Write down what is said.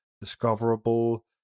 discoverable